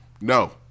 No